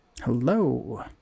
Hello